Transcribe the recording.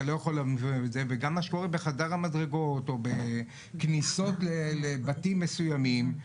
גם מה שקורה בחדר המדרגות או בכניסות לבתים מסוימים,